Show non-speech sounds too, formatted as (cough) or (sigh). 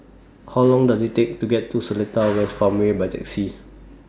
How Long Does IT Take to get to Seletar (noise) West Farmway By Taxi